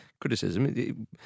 criticism